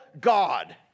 God